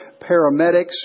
paramedics